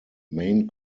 main